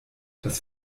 das